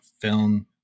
film